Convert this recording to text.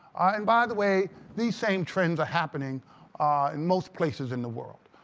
and by the way, these same trends are happening in most places in the world.